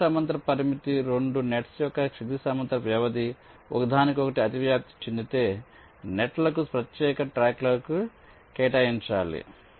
క్షితిజ సమాంతర పరిమితి 2 నెట్స్ యొక్క క్షితిజ సమాంతర వ్యవధి ఒకదానికొకటి అతివ్యాప్తి చెందితే నెట్లను ప్రత్యేక ట్రాక్లకు కేటాయించాలి